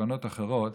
מתוקנות אחרות